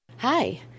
Hi